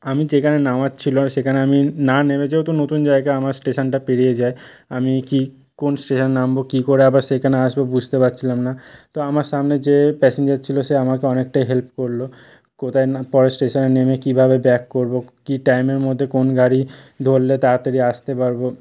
আমি যেখানে নামার ছিল আমি সেখানে আমি না নেমে যেহেতু নতুন জায়গা আমার স্টেশনটা পেরিয়ে যায় আমি কী কোন স্টেশন নামব কী করে আবার সেইখানে আসব বুঝতে পারছিলাম না তো আমার সামনে যে প্যাসেঞ্জার ছিল সে আমাকে অনেকটাই হেল্প করল কোথায় না পরের স্টেশনে নেমে কীভাবে ব্যাক করব কী টাইমের মধ্যে কোন গাড়ি ধরলে তাড়াতাড়ি আসতে পারব